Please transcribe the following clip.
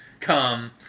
Come